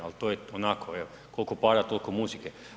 Ali to je onako evo koliko para toliko muzike.